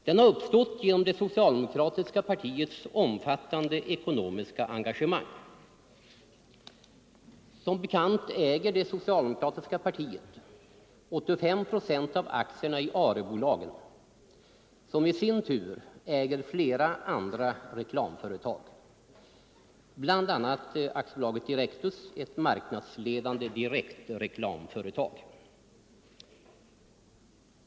Den har uppstått genom det socialdemokratiska partiets omfattande ekonomiska engagemang. Som bekant äger det socialdemokratiska partiet 85 96 av aktierna i AB Förenade Arebolagen, som i sin tur äger flera andra reklamföretag, bl.a. Direktus AB, ett marknadsledande direktreklamföretag.